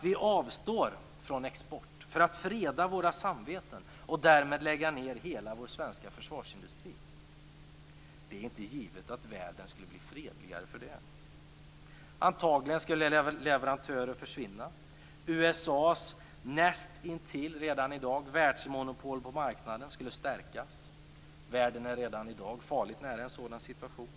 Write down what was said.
Vi avstår från export för att freda våra samveten och därmed lägger ned hela vår försvarsindustri. Det är inte givet att världen skulle bli fredligare för det. Antagligen skulle leverantörer försvinna. USA:s redan i dag nästintill världsmonopol på marknaden skulle stärkas. Världen är redan i dag farligt nära en sådan situation.